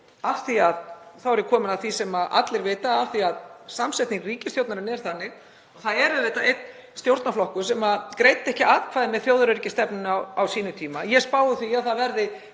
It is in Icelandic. þá er ég komin að því sem allir vita, samsetning ríkisstjórnarinnar er þannig að það er auðvitað einn stjórnarflokkur sem greiddi ekki atkvæði með þjóðaröryggisstefnunni á sínum tíma. Ég spái því að það verði